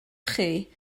chi